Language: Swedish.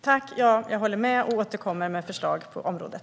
Herr talman! Jag håller med och återkommer med förslag på området.